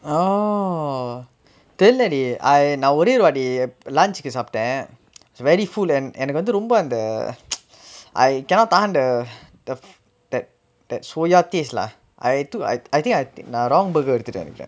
oh தெர்ல:terla dey நா ஒரே ஒரு வாட்டி:naa orae oru vaati lunch கு சாப்டே:ku saaptae it's very full என்~ எனக்கு வந்து ரொம்ப அந்த:en~ enakku vanthu romba antha I cannot tahan the the that that soya taste lah I took I I think I think நா:naa wrong burger எடுத்துட்டேனு நெனைக்குர:eduthuttaenu nenaikkurae